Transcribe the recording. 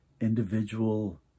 individual